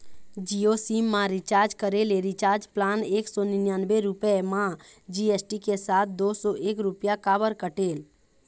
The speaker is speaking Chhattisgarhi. जियो सिम मा रिचार्ज करे ले रिचार्ज प्लान एक सौ निन्यानबे रुपए मा जी.एस.टी के साथ दो सौ एक रुपया काबर कटेल?